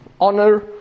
honor